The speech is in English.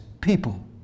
people